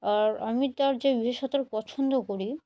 আর আমি তার যে বিশেষত্বর পছন্দ করি